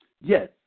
Yes